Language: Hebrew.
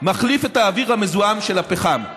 מחליף את האוויר המזוהם של הפחם.